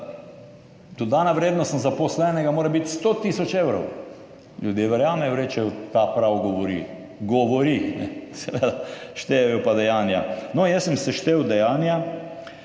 dodana vrednost na zaposlenega mora biti 100 tisoč evrov, ljudje verjamejo in rečejo, ta prav govori. Govori, seveda, štejejo pa dejanja. No jaz sem seštel dejanja,